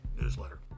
newsletter